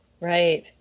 right